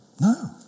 No